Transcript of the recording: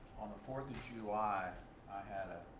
on the fourth of july, i had a